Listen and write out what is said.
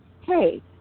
Hey